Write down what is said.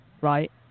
right